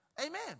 Amen